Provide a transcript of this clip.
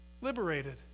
liberated